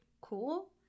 cool